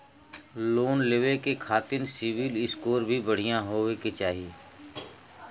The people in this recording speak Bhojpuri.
लोन लेवे के खातिन सिविल स्कोर भी बढ़िया होवें के चाही?